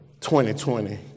2020